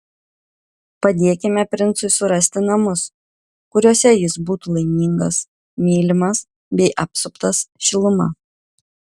padėkime princui surasti namus kuriuose jis būtų laimingas mylimas bei apsuptas šiluma